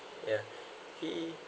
yeah he